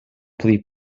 pli